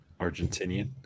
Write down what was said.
Argentinian